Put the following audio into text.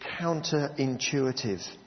counterintuitive